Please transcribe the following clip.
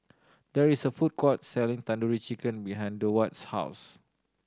there is a food court selling Tandoori Chicken behind Durward's house